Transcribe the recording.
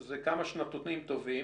שזה כמה שנתונים טובים,